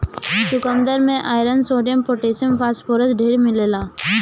चुकन्दर में iron, sodium, potassium, phosphorus ढेर मिलेला